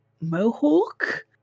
mohawk